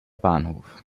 bahnhof